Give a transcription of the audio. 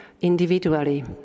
individually